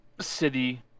city